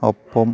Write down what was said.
അപ്പം